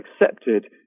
accepted